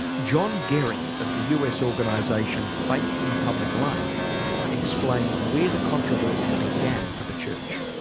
john gehring of the us organisation faith in public life explains where the controversy began for the church.